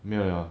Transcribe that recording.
没有了